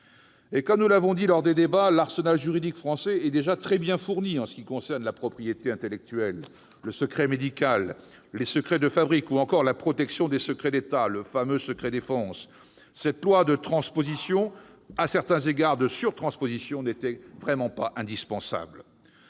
» Comme nous l'avons dit lors des débats, l'arsenal juridique français est déjà très bien fourni en ce qui concerne la propriété intellectuelle, le secret médical, les secrets de fabrique ou encore la protection des secrets d'État, avec le fameux secret défense. Cette loi de transposition, voire de surtransposition, n'était donc pas indispensable